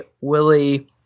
Willie